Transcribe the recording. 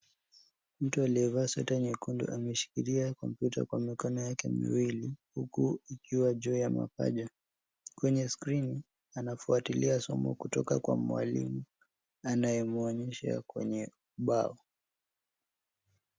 Mtu aliyevaa sweta nyekundu ameshikilia kompyuta kwa mikono yake miwili huku ikiwa juu ya mapaja. Kwenye skrini, anafuatilia somo kutoka kwa mwalimu anayemwonyesha kwenye ubao.